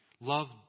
Love